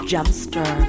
Jumpster